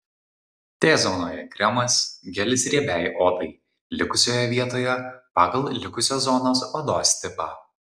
t zonoje kremas gelis riebiai odai likusioje vietoje pagal likusios zonos odos tipą